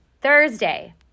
Thursday